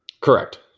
Correct